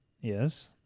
Yes